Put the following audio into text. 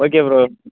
okay bro